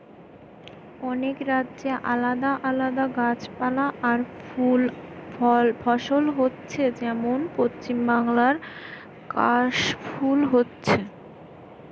অনেক রাজ্যে আলাদা আলাদা গাছপালা আর ফুল ফসল হচ্ছে যেমন পশ্চিমবাংলায় কাশ ফুল হচ্ছে